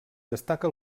destaca